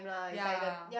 ya